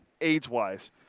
age-wise